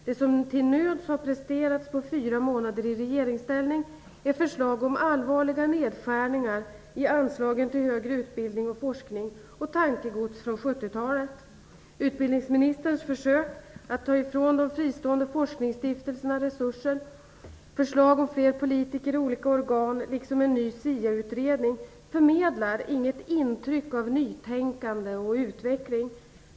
Det som till nöds har presterats på fyra månader i regeringsställning är förslag om allvarliga nedskärningar i anslaget till högre utbildning och forskning och tankegods från 70-talet. Utbildningsministerns försök att ta ifrån de fristående forksningsstiftelserna resurser, förslag om fler politiker i olika organ liksom en ny SIA-utredning förmedlar inget intryck av nytänkande och utveckling.